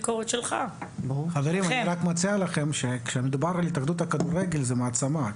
חברים, התאחדות הכדורגל היא מעצמה.